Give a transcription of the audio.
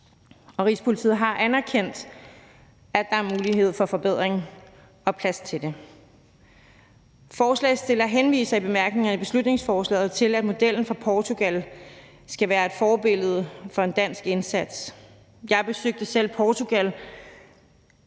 Rigspolitiet har anerkendt, at der er mulighed for forbedring og plads til det. Forslagsstillerne henviser i bemærkningerne til beslutningsforslaget til, at modellen fra Portugal skal være et forbillede for en dansk indsats. Jeg besøgte selv Portugal